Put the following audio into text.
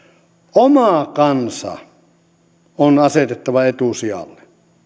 oma kansa on asetettava etusijalle